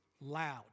loud